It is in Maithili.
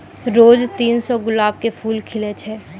रोज तीन सौ गुलाब के फूल खिलै छै